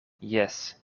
jes